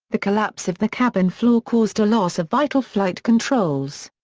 the collapse of the cabin floor caused a loss of vital flight controls.